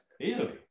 Easily